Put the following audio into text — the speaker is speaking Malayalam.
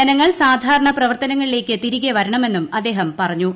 ജനങ്ങൾ സാധാരണ പ്രവർത്തനങ്ങളിലേക്ക് തിരികെവരണമെന്നും അദ്ദേഹം പറഞ്ഞു